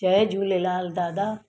जय झूलेलाल दादा